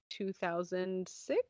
2006